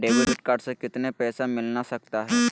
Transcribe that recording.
Debit card से कितने पैसे मिलना सकता हैं?